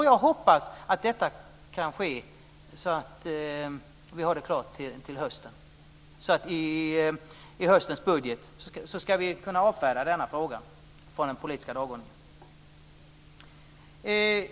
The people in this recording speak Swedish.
Jag hoppas att detta kan ske så att vi har det klart till hösten. I höstens budget ska vi kunna avfärda denna fråga från den politiska dagordningen.